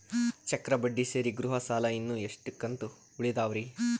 ಚಕ್ರ ಬಡ್ಡಿ ಸೇರಿ ಗೃಹ ಸಾಲ ಇನ್ನು ಎಷ್ಟ ಕಂತ ಉಳಿದಾವರಿ?